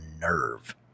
nerve